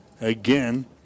again